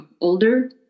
older